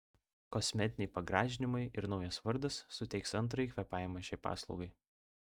kosmetiniai pagražinimai ir naujas vardas suteiks antrąjį kvėpavimą šiai paslaugai